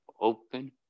open